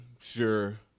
Sure